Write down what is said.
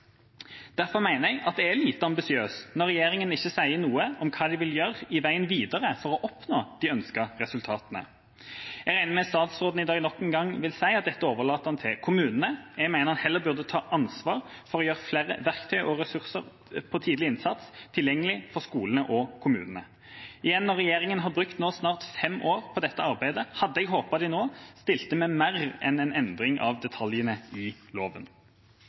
Derfor mener jeg det er lite ambisiøst at regjeringa ikke sier noe om hva de vil gjøre videre for å oppnå ønskede resultater. Jeg regner med at statsråden nok en gang vil si at han overlater dette til kommunene. Jeg mener han heller burde ta ansvar for å gjøre flere verktøy og ressurser for tidlig innsats tilgjengelige for skolene og kommunene. Når regjeringa har brukt nesten fem år på dette arbeidet, hadde jeg håpet de nå stilte med mer enn en endring av detaljene i loven.